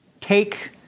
Take